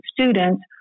students